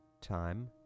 time